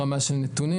ברמה של נתונים,